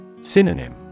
Synonym